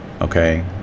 okay